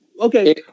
Okay